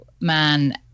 man